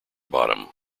bottom